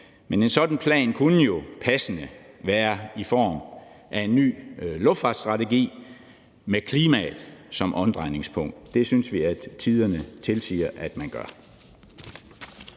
Men en sådan plan kunne jo passende være i form af ny luftfartsstrategi med klimaet som omdrejningspunkt. Det synes vi at tiderne tilsiger at man gør.